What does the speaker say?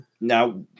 Now